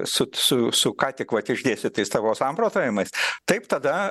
su su su ką tik vat išdėstytais savo samprotavimais taip tada